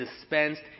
dispensed